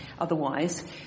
otherwise